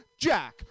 Jack